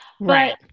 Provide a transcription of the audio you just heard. Right